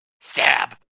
Stab